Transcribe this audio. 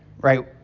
right